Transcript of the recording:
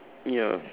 ya